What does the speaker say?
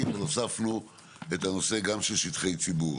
הוספנו את הנושא גם של שטחי ציבור.